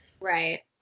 right